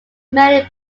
many